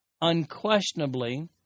Unquestionably